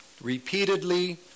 repeatedly